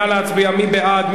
מי בעד?